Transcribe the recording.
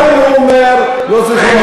אדוני היושב-ראש, חברי חברי הכנסת, אין שרים פה,